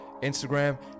instagram